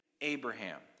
Abraham